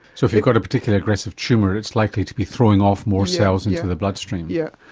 so if you've got a particularly aggressive tumour it's likely to be throwing off more cells into the bloodstream. yes.